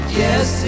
yes